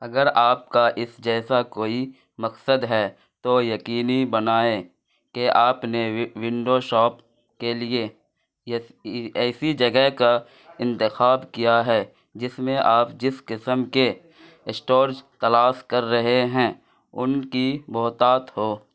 اگر آپ کا اس جیسا کوئی مقصد ہے تو یقینی بنائیں کہ آپ نے ونڈو شاپ کے لیے ایسی جگہ کا انتخاب کیا ہے جس میں آپ جس قسم کے اسٹورز تلاش کر رہے ہیں ان کی بہتات ہو